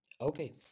Okay